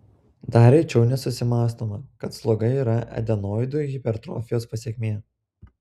dar rečiau nesusimąstoma kad sloga yra adenoidų hipertrofijos pasekmė